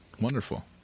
wonderful